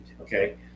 Okay